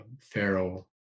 Pharaoh